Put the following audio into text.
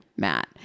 matt